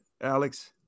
Alex